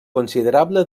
considerable